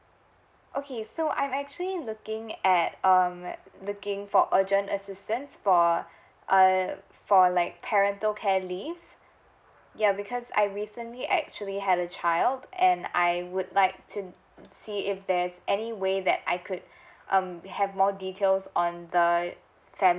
okay so I'm actually looking at um looking for urgent assistance for uh for like parental care leave ya because I recently actually had a child and I would like to see if there's any way that I could um have more details on the uh